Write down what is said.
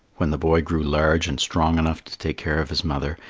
when the boy grew large and strong enough to take care of his mother,